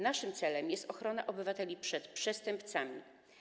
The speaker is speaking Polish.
Naszym celem jest ochrona obywateli przed przestępcami.